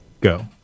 go